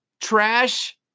trash